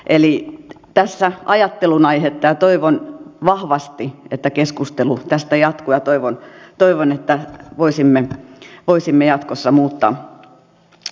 eli tässä on ajattelun aihetta ja toivon vahvasti että keskustelu tästä jatkuu ja toivon että voisimme jatkossa muuttaa käytäntömme